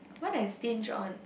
what I stinge on